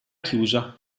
chiusa